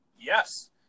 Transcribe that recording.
yes